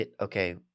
Okay